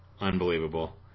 Unbelievable